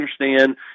understand